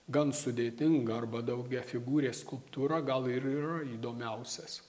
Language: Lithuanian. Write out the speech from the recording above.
gan sudėtinga arba daugiafigūrė skulptūra gal ir yra įdomiausias